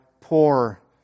poor